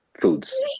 Foods